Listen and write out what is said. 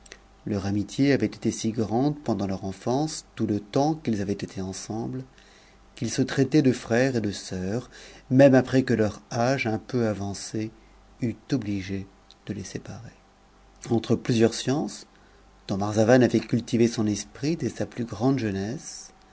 u amitié avait été si grande pendant leur enfance tout le temps qu'ils avaient été ensemble qu'ils se traitaient de frère et de sœur m uc après que leur âge un peu avancé eût obligé de les séparer entre plusieurs sciences dont marzavan avait cultivé son esprit dès sn plus grande jeunesse